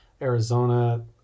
Arizona